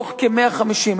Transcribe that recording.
מתוך כ-150.